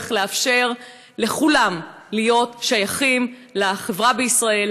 לאפשר לכולם להיות שייכים לחברה בישראל,